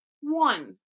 one